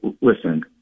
listen